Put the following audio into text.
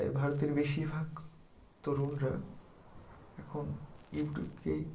তাই ভারতের বেশিরভাগ তরুণরা এখন ইউটিউবকে